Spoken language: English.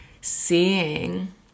seeing